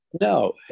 No